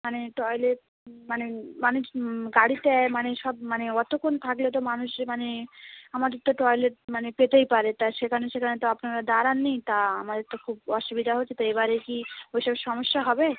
মানে টয়লেট মানে মানে গাড়িতে মানে সব মানে অতোক্ষণ থাকলে তো মানুষ মানে আমাদের তো টয়লেট মানে পেতেই পারে তা সেখানে সেখানে তো আপনারা দাঁড়ান নি তা আমাদের তো খুব অসুবিধা হচ্ছে তো এবারে কি ওই সব সমস্যা হবে